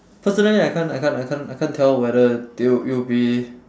personally I can't I can't I can't I can't tell whether they'll it'll be